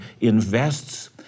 invests